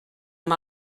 amb